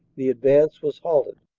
the advance was halted.